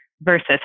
Versus